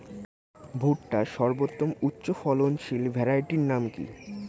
ভুট্টার সর্বোত্তম উচ্চফলনশীল ভ্যারাইটির নাম কি?